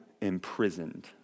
imprisoned